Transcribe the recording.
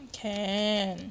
can